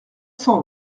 cent